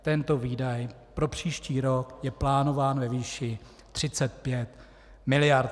Tento výdaj pro příští rok je plánován ve výši 35 mld.